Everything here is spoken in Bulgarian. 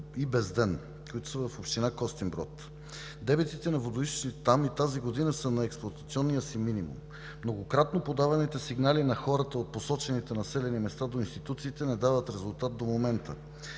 и Безден, които са в община Костинброд. Дебитите на водоизточниците там и тази година са на експлоатационния си минимум. Многократно подаваните сигнали на хората от посочените населени места до институциите не дават резултат до момента.